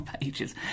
pages